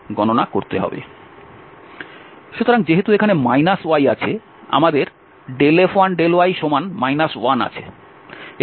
সুতরাং যেহেতু এখানে মাইনাস y আছে আমাদের F1∂y 1আছে এবং এখানে F2হল x